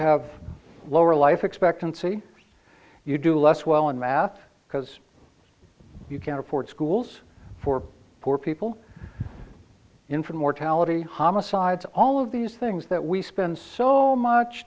have lower life expectancy you do less well in math because you can't afford schools for poor people infant mortality homicides all of these things that we spend so much